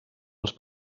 els